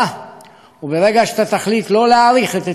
וברגע שתחליט שלא להאריך את היתר הרעלים,